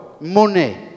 money